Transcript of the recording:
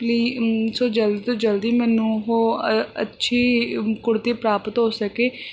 ਪਲੀ ਸੋ ਜਲਦੀ ਤੋਂ ਜਲਦੀ ਮੈਨੂੰ ਉਹ ਅੱਛੀ ਕੁੜਤੀ ਪ੍ਰਾਪਤ ਹੋ ਸਕੇ